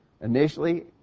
Initially